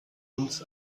uns